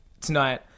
tonight